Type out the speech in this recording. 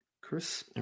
Chris